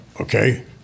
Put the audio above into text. okay